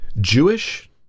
Jewish